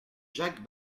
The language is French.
jacques